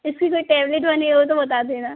इसकी कोई टेबलेट बनी हो तो बता देना